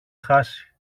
χάσει